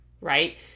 right